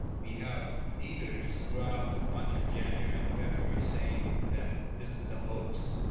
we have leaders throughout much of january and february saying that this is a hoax.